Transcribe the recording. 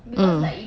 mm